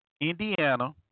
Indiana